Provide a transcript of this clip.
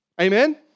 Amen